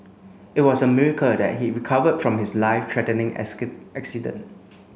it was a miracle that he recovered from his life threatening accident